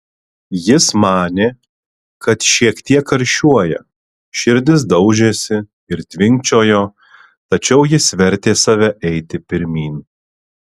jis manė kad šiek tiek karščiuoja širdis daužėsi ir tvinkčiojo tačiau jis vertė save eiti pirmyn